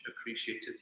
appreciated